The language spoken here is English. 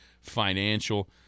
financial